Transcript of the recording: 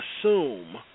assume